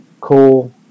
cool